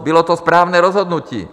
Bylo to správné rozhodnutí.